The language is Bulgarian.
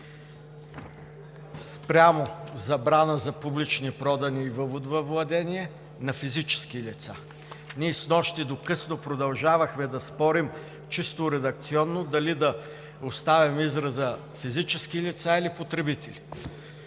спрямо забрана за публични продани и въвод във владение на физически лица. Ние снощи до късно продължавахме да спорим чисто редакционно дали да оставим израза „физически лица“ или „потребители“.